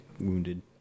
wounded